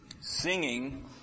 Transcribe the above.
Singing